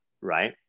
right